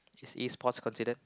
is pause considered